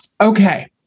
Okay